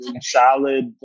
salad